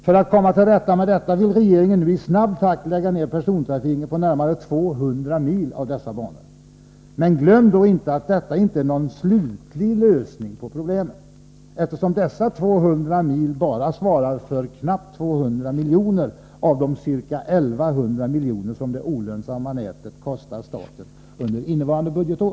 För att komma till rätta med detta vill regeringen nu i snabb takt lägga ned persontrafiken på närmare 200 mil av dessa banor. Men glöm då inte att detta inte är någon ”slutlig lösning” på problemet, eftersom dessa 200 mil svarar för bara knappt 200 milj.kr. av de ca 1 100 milj.kr. som det olönsamma nätet kostar staten under innevarande budgetår.